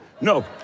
no